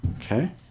Okay